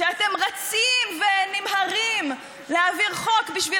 שאתם רצים וממהרים להעביר חוק בשביל